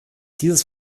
dieses